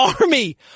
army